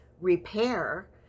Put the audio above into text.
repair